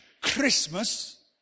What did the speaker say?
Christmas